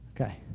Okay